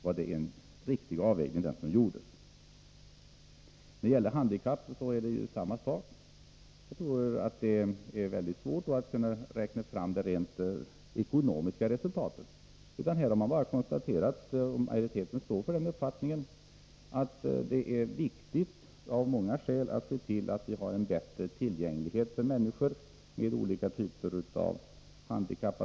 När det gäller handikapptillgänglighet är det samma sak. Jag tror att det är mycket svårt att räkna fram det rent ekonomiska resultatet. Utskottsmajoriteten har konstaterat och står för den uppfattningen att det är viktigt, av många skäl, att se till att bostäderna är tillgängliga för människor med olika typer av handikapp.